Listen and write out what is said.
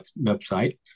website